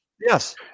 Yes